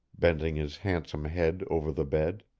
bending his handsome head over the bed.